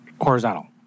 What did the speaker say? horizontal